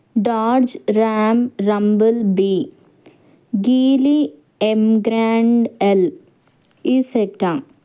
డార్జ్ Ram Rumble Bee Geely Emgrand ఎల్ ఈసెటం